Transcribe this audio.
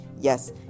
Yes